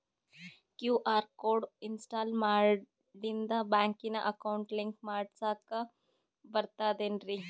QR code install ಮಾಡಿಂದ ಬ್ಯಾಂಕಿನ account link ಮಾಡಸ್ಲಾಕ ಬರ್ತದೇನ್ರಿ